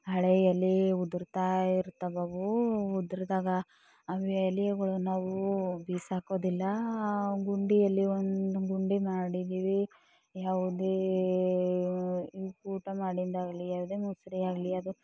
ಹಳೆ ಎಲೆ ಉದುರುತ್ತಾ ಇರ್ತಾವವು ಉದುರಿದಾಗ ಅವು ಎಲೆಗಳು ನಾವು ಬಿಸಾಕೋದಿಲ್ಲ ಗುಂಡಿಯಲ್ಲಿ ಒಂದು ಗುಂಡಿ ಮಾಡಿದ್ದೀವಿ ಯಾವುದೇ ಊಟ ಮಾಡಿದ್ದಾಗಲಿ ಯಾವುದೇ ಮುಸುರೆಯಾಗಲಿ